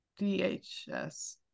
DHS